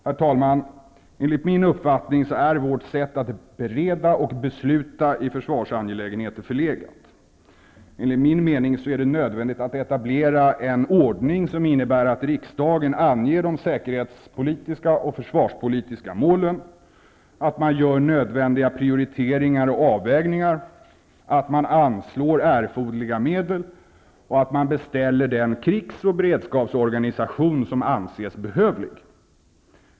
Herr talman! Enligt min uppfattning är vårt sätt att bereda och besluta i försvarsangelägenheter förlegat. Enligt min mening är det nödvändigt att etablera en ordning som innebär att riksdagen anger de säkerhetspolitiska och försvarspolitiska målen, att man gör nödvändiga prioriteringar och avvägningar, att man anslår erforderliga medel och att man beställer den krigs och beredskapsorganisation som anses behövlig.